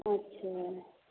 अच्छा